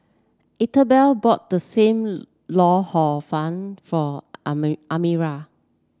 Ethelbert bought Sam Lau Hor Fun for Amira